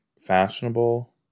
fashionable